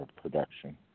production